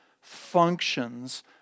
functions